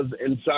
inside